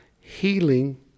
healing